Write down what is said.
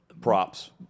Props